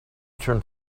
turned